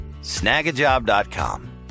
Snagajob.com